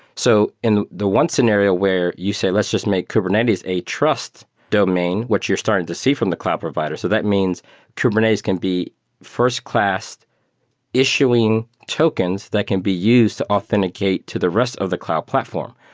so in the one scenario where you say, let's just make kubernetes a trust domain what you're starting to see from the cloud provider. so that means kubernetes can be first-classed issuing tokens that can be used to authenticate to the rest of the cloud platform,